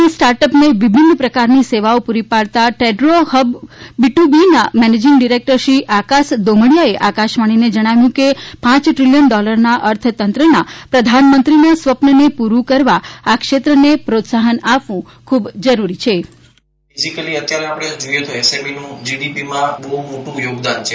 અને સ્ટાર્ટ અપને વિભીન્ન પ્રકારની સેવાઓ પુરી પાડતાં ટ્રેડો હબ બીટુબીના મેનેજીંગ ડિરેક્ટર શ્રી આકાશ દોમડીયાએ આકાશવાણીને જણાવ્યું કે પાંચ દ્રીલીયન ડોલરના અર્થતંત્રના પ્રધાનમંત્રીના સ્વપ્નને પુરૂં કરવા આ ક્ષેત્રને પ્રોત્સાહન આપવું ખુબ જરૂરી છે